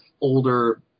older